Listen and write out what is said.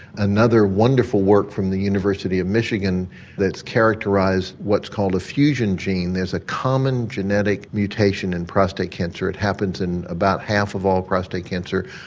another wonderful work from the university of michigan that's characterised what's called a fusion gene, there's a common genetic mutation in prostate cancer, it happens in about half of all prostate cancers,